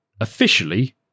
officially